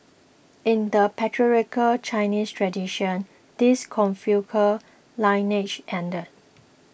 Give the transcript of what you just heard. in the patriarchal Chinese tradition this Confucian lineage ended